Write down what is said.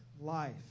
life